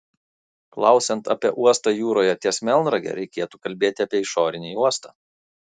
klausiant apie uostą jūroje ties melnrage reikėtų kalbėti apie išorinį uostą